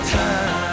time